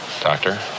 Doctor